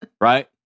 right